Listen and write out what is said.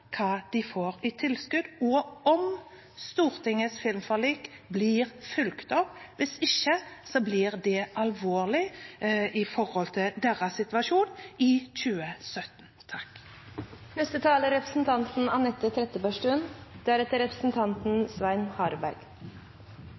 hva de får i tilskudd, og om Stortingets filmforlik blir fulgt opp. Hvis ikke blir det alvorlig for deres situasjon i 2017.